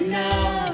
now